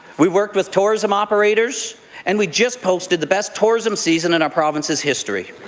we worked with tourism operators and we just posted the best tourism season in our province's history.